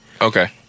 Okay